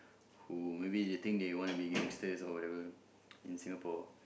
who maybe they think they wanna be gangsters all in Singapore